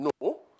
No